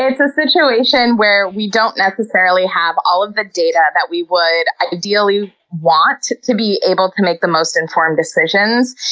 it's a situation where we don't necessarily have all of the data that we would ideally want to be able to make the most informed decisions.